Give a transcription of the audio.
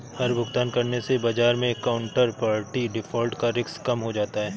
हर भुगतान करने से बाजार मै काउन्टरपार्टी डिफ़ॉल्ट का रिस्क कम हो जाता है